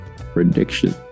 prediction